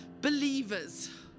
believers